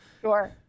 sure